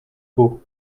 beau